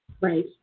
Right